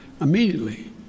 immediately